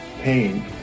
pain